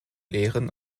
lehren